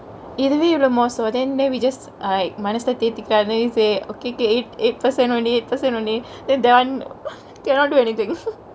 இதுவே இவ்வளவு மோசொ:ithuve ivalavu moso then then we just like மனச தேத்திகலாம்னு:manase thetikalamnu okay K eight eight percent only eight percent only then that one cannot do anythingk